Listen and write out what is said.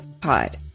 Pod